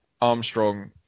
Armstrong